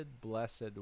blessed